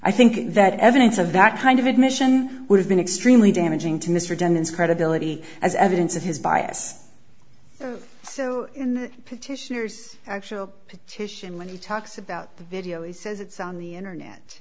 i think that evidence of that kind of admission would have been extremely damaging to mr dennis credibility as evidence of his bias so in the petitioners actual petition when he talks about the video he says it's on the internet